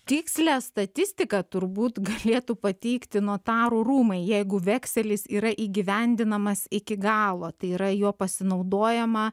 tikslią statistiką turbūt galėtų pateikti notarų rūmai jeigu vekselis yra įgyvendinamas iki galo tai yra juo pasinaudojama